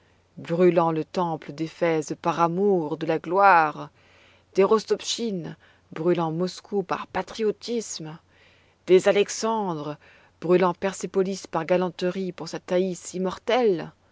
brûlant le temple d'éphèse par amour de la gloire des rostopschine brûlant moscou par patriotisme des alexandre brûlant persépolis par galanterie pour sa thaïs immortelle